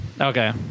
Okay